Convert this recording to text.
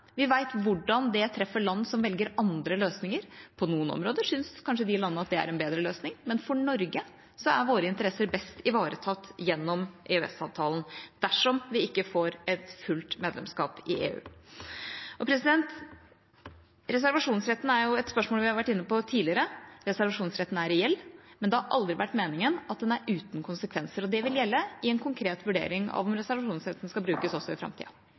Vi vet hvordan det treffer land som velger andre løsninger. På noen områder syns kanskje de landene at det er en bedre løsning, men for Norge er våre interesser best ivaretatt gjennom EØS-avtalen – dersom vi ikke får et fullt medlemskap i EU. Reservasjonsretten er et spørsmål vi har vært inne på tidligere. Reservasjonsretten er reell, men det har aldri vært meningen at den er uten konsekvenser, og det vil gjelde i en konkret vurdering av om reservasjonsretten skal brukes også i framtida.